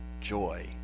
joy